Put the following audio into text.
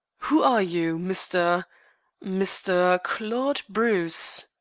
who are you, mr mr. claude bruce?